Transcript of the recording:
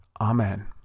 Amen